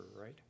right